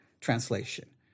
translation